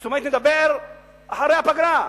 זאת אומרת, נדבר אחרי הפגרה.